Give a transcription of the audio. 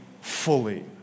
fully